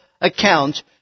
account